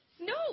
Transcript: No